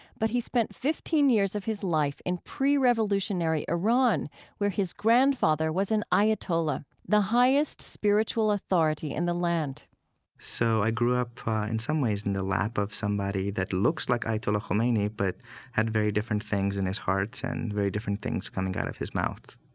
but he spent fifteen years of his life in pre-revolutionary iran where his grandfather was an ayatollah, the highest spiritual authority in the land so i grew up in some ways in the lap of somebody that looks like ayatollah khomeini but had very different things in his heart and very different things coming out of his mouth.